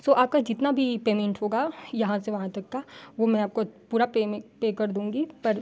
सो आपका जितना भी पेमेंट होगा यहाँ से वहाँ तक का वह मैं आपको पूरा पे कर दूँगी पर